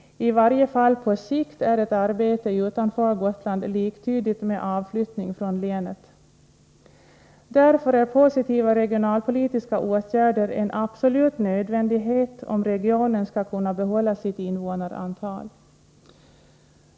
I varje fall på sikt är ett arbete utanför Gotland liktydigt med avflyttning från länet. Därför är positiva regionalpolitiska åtgärder en absolut nödvändighet om regionen skall kunna behålla sitt invånarantal.